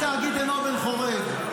התאגיד אינו בן חורג.